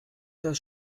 das